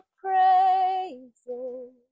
praises